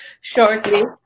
shortly